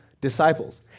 disciples